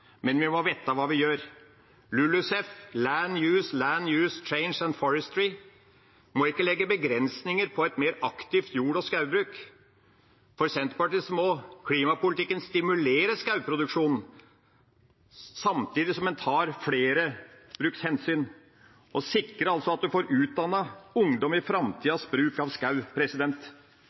men vi må vite hva vi gjør. LULUCF, Land Use, Land-Use Change and Forestry, må ikke legge begrensninger på et mer aktivt jord- og skogbruk. For Senterpartiet må klimapolitikken stimulere skogproduksjonen, samtidig som en tar flere brukshensyn og sikrer at en får utdannet ungdom i framtidas bruk av